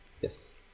yes